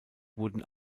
wurden